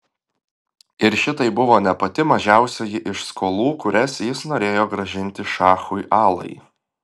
ir šitai buvo ne pati mažiausioji iš skolų kurias jis norėjo grąžinti šachui alai